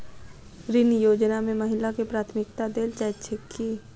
ऋण योजना मे महिलाकेँ प्राथमिकता देल जाइत छैक की?